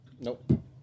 Nope